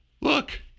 Look